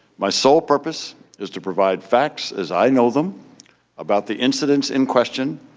my sole purpose is to provide facts as i know them about the incidents in question,